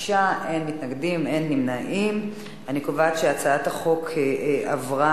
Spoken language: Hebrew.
ההצעה להעביר את הצעת חוק הגנת הסביבה (מרשם